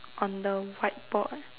on the whiteboard